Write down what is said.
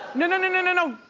no, no, no, and and no,